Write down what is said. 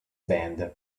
band